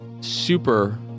super